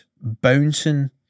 Bouncing